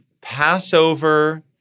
Passover